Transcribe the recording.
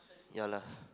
ya lah